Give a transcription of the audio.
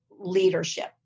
leadership